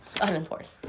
unimportant